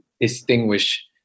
distinguish